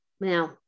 Now